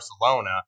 Barcelona